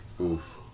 Oof